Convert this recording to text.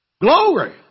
Glory